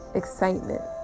excitement